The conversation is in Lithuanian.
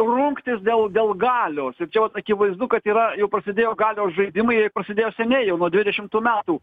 rungtis dėl dėl galios ir čia vat akivaizdu kad yra jau prasidėjo galios žaidimai ir prasidėjo seniai jau nuo dvidešimtų metų